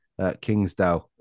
Kingsdale